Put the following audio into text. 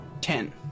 Ten